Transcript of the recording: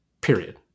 Period